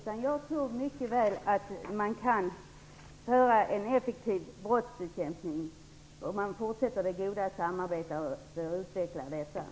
Jag tror att man mycket väl kan genomföra en effektiv brottsbekämpning om detta goda samarbete utvecklas vidare.